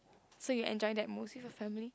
so you enjoy that most with your family